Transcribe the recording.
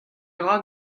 dra